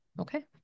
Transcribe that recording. okay